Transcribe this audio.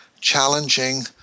challenging